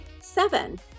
seven